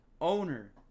owner